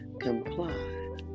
comply